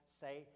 say